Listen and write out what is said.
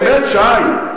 באמת, שי.